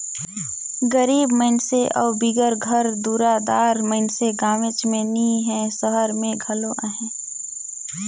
गरीब मइनसे अउ बिगर घर दुरा दार मइनसे गाँवेच में नी हें, सहर में घलो अहें